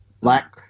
black